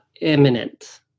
imminent